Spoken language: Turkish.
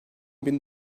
bin